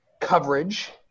coverage